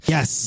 Yes